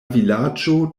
vilaĝo